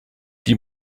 die